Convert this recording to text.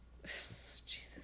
Jesus